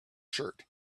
shirt